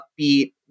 upbeat